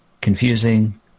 confusing